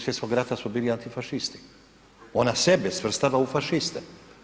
Svjetskog rata su bili antifašisti, ona sebe svrstava u fašiste.